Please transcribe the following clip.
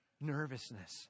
nervousness